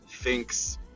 thinks